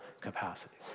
capacities